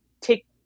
take